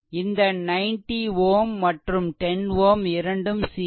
இந்த current i1 இந்த 90 Ω மற்றும் 10 Ω இரண்டும் சீரிஸ்